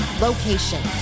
location